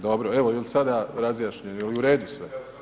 Dobro, evo je li sada razjašnjeno, je li u redu sve?